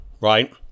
right